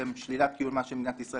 שהן: שלילת קיומה של מדינת ישראל